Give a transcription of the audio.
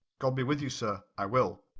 god be with you, sir i will.